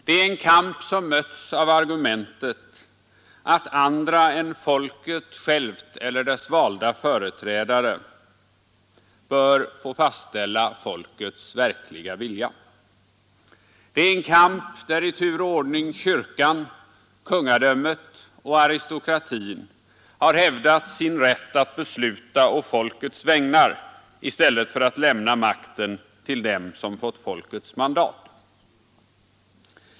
Det är en kamp som mötts av argumentet, att andra än folket självt eller dess valda företrädare bör få fastställa folkets verkliga vilja. Det är en kamp där i tur och ordning kyrkan, kungadömet och aristokratin hävdat sin rätt att besluta å folkets vägnar i stället för att lämna makten till dem som fått folkets mandat.